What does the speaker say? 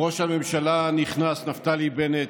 ראש הממשלה הנכנס נפתלי בנט,